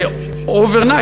ש-over night,